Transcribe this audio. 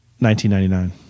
1999